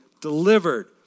delivered